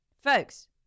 Folks